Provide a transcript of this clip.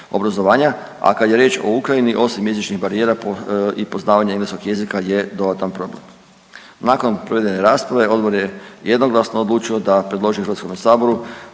a kad je riječ o Ukrajini, osim jezičnih barijera po, i poznavanja engleskog jezika je dodatni problem. Nakon provedene rasprave, odbor je jednoglasno odlučio da predloži HS-u da